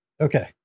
okay